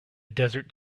desert